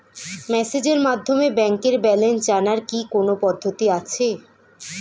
মেসেজের মাধ্যমে ব্যাংকের ব্যালেন্স জানার কি কোন পদ্ধতি আছে?